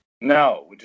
No